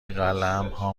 قلمها